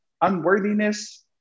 unworthiness